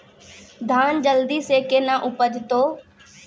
धान जल्दी से के ना उपज तो?